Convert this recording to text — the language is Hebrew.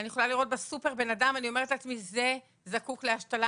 אני יכולה לראות בסופר בן אדם ואני אומרת לעצמי: זה זקוק להשתלה.